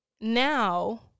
now